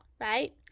right